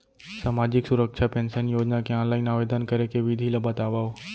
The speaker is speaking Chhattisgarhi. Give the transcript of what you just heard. सामाजिक सुरक्षा पेंशन योजना के ऑनलाइन आवेदन करे के विधि ला बतावव